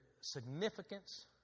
significance